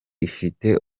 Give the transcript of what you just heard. ifite